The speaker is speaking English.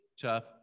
tough